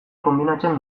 konbinatzen